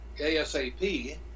ASAP